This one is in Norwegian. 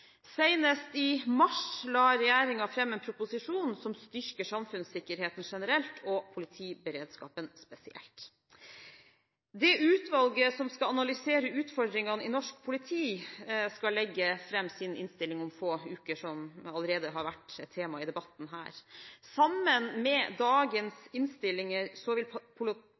Senest i mars la regjeringen fram en proposisjon om å styrke samfunnssikkerheten generelt og politiberedskapen spesielt. Det utvalget som skal analysere utfordringene i norsk politi, skal legge fram sin innstilling om få uker, noe som allerede har vært et tema i debatten her. Sammen med dagens innstillinger vil